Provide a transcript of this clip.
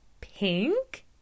pink